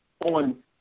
on